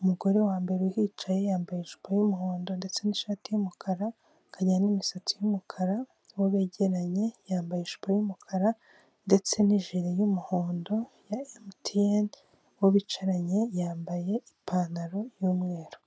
umugore wambere uhicaye yambaye ijipo y'umuhondo ndetse n'ishati y'umukara imisatsi y'umukara bu begeranye yambaye ishapo y'umukara ndetse nije y'umuhondo ya MTN uwo bicaranye yambaye ipantaro y'umweru.